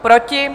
Proti?